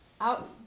out